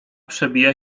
przebija